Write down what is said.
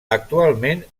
actualment